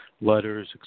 letters